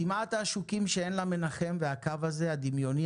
דמעת העשוקים שאין לה מנחם והקו הזה הדמיוני,